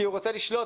כי הוא רוצה לשלוט,